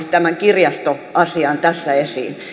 tämän kirjastoasian tässä vakavasti esiin